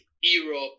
Europe